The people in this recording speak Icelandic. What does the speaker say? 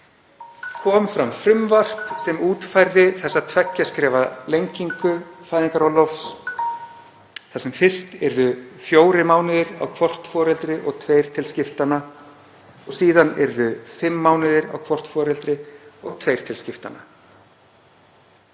kom fram frumvarp sem útfærði þessa tveggja skrefa lengingu fæðingarorlofs þar sem fyrst yrðu fjórir mánuðir á hvort foreldri og tveir til skiptanna og síðan yrðu fimm mánuðir á hvort foreldri og tveir til skiptanna.